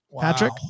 Patrick